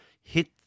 hit